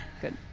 Good